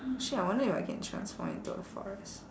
shit I wonder if I can transform into a forest